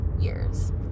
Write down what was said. years